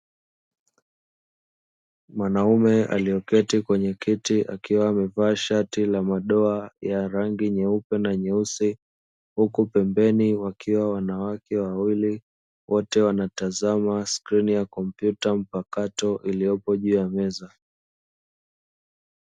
Mwanaume aliyoketi kwenye kiti akiwa amevaa shati la madoa ya rangi nyeupe na nyeusi, huku pembeni wakiwa wanawake wawili wote wanatazama scrini ya kompyuta mpakato iliyopo juu ya meza.